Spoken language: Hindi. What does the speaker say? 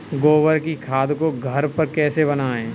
गोबर की खाद को घर पर कैसे बनाएँ?